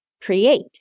create